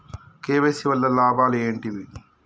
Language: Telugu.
కే.వై.సీ వల్ల లాభాలు ఏంటివి?